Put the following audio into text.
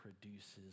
produces